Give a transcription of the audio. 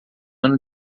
ano